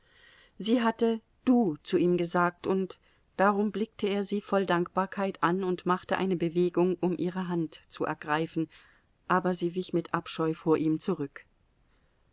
sie hatte du zu ihm gesagt und darum blickte er sie voll dankbarkeit an und machte eine bewegung um ihre hand zu ergreifen aber sie wich mit abscheu vor ihm zurück